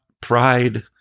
pride